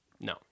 no